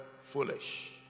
foolish